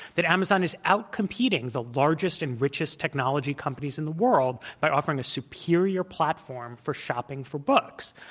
that amazon is outcompeting the largest and richest technology companies in the world by offering a superior platform for shopping for books.